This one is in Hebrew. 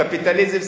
קפיטליזם,